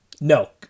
No